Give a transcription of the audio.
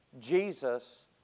Jesus